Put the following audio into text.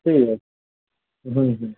ঠিক আছে হুম হুম